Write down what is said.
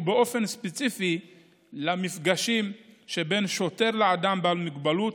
ובאופן ספציפי במפגשים שבין שוטר לאדם בעל מוגבלות,